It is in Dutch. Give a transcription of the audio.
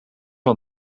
van